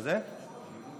כבוד חבריי חברי הכנסת,